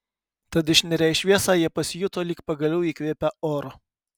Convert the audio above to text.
tad išnirę į šviesą jie pasijuto lyg pagaliau įkvėpę oro